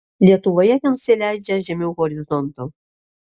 lietuvoje nenusileidžia žemiau horizonto